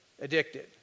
addicted